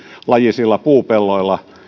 yksilajisilla puupelloilla